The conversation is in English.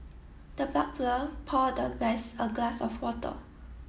the butler poured the guest a glass of water